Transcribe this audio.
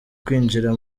kwinjira